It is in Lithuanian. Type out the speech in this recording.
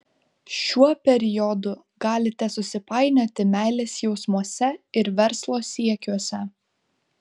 šiuo periodu galite susipainioti meilės jausmuose ir verslo siekiuose